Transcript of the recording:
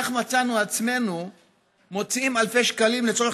כך מצאנו עצמנו מוציאים אלפי שקלים לצורך